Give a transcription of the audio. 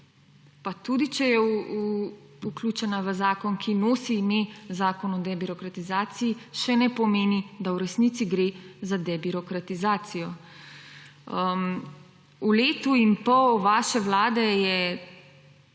pa tudi če je vključena v zakon, ki niso ime Zakon o debirokratizaciji, še ne pomeni, da v resnici gre za debirokratizacijo? V letu in pol vaše vlade je vlada